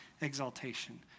exaltation